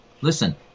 Listen